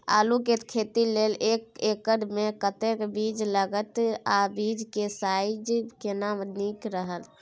आलू के खेती लेल एक एकर मे कतेक बीज लागत आ बीज के साइज केना नीक रहत?